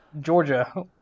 Georgia